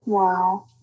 Wow